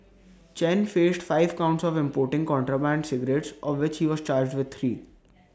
Chen faced five counts of importing contraband cigarettes of which he was charged with three